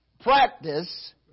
Practice